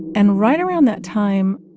and right around that time,